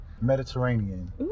Mediterranean